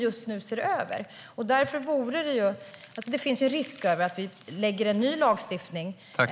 Den ser vi just nu över.